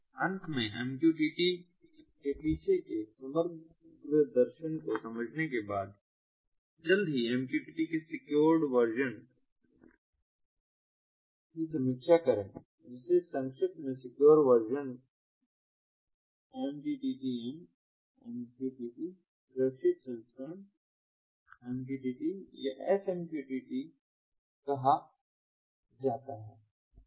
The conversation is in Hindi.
अंत में MQTT के पीछे के समग्र दर्शन को समझने के बाद अब जल्दी से MQTT के सिक्योर वर्जन की समीक्षा करें जिसे संक्षिप्त में सिक्योर वर्जन MTTM MQTT सुरक्षित संस्करण MQTT या SMQTT कहा जाता है